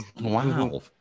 Wow